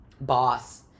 boss